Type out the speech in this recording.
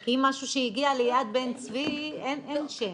כי אם משהו שהגיע ליד בן צבי אין שמות.